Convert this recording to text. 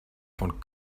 von